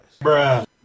Bruh